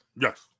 Yes